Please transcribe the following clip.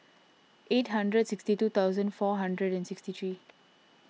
eight hundred sixty two thousand four hundred and sixty three